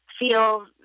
feel